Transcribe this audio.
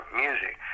music